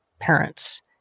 Parents